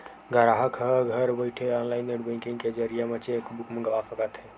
गराहक ह घर बइठे ऑनलाईन नेट बेंकिंग के जरिए म चेकबूक मंगवा सकत हे